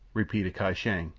repeated kai shang,